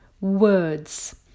words